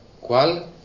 ¿cuál